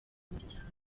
muryango